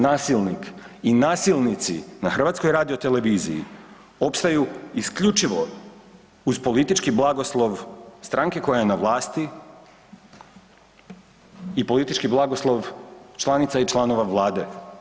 Nasilnik i nasilnici na HRT-u opstaju isključivo uz politički blagoslov stranke koja je na vlasti i politički blagoslov članica i članova vlade.